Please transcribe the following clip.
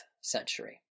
century